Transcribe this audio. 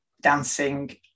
dancing